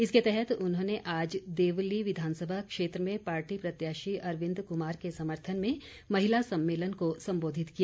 इसके तहत उन्होंने आज देवली विधानसभा क्षेत्र में पार्टी प्रत्याशी अरविंद कुमार के समर्थन में महिला सम्मेलन को सम्बोधित किया